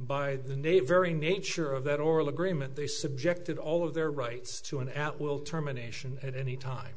by the name very nature of that oral agreement they subjected all of their rights to an at will terminations at any time